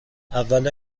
اول